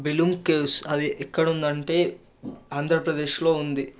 Belum caves అది ఎక్కద ఉందంటే ఆంధ్రప్రదేశ్లో ఉంది